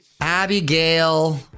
Abigail